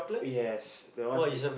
yes that one is